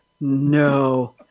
no